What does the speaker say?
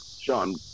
Sean